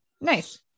nice